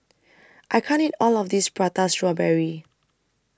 I can't eat All of This Prata Strawberry